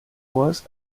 was